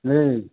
লেই